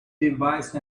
device